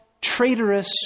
traitorous